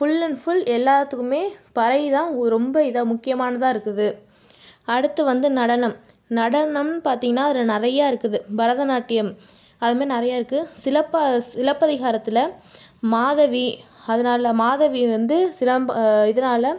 full and full எல்லாத்துக்குமே பறை தான் ரொம்ப இது முக்கியமானதாக இருக்குது அடுத்து வந்து நடனம் நடனம்னு பார்த்திங்கனா அதில் நிறையா இருக்குது பரதநாட்டியம் அதே மாதிரி நிறைய இருக்குது சிலப்பதிகாரத்தில் மாதவி அதனால் மாதவி வந்து சிலம்பு இதனால்